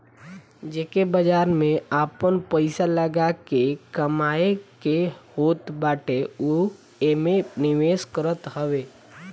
जेके बाजार में आपन पईसा लगा के कमाए के होत बाटे उ एमे निवेश करत हवे